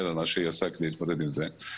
על מה שהיא עושה כדי להתמודד עם זה,